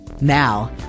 Now